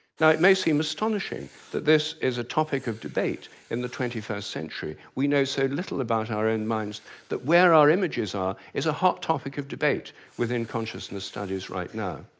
now it may seem astonishing that this is a topic of debate in the twenty-first century. we know so little about our own minds that where our images are is a hot topic of debate within consciousness studies right now.